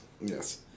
Yes